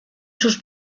sus